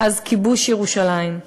מאז כיבוש ירושלים.